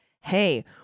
hey